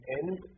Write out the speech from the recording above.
end